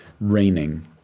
raining